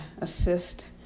assist